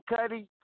Cuddy